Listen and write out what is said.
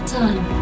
time